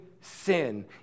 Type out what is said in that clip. sin